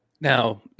Now